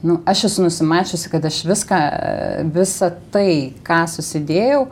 nu aš esu nusimačiusi kad aš viską visa tai ką susidėjau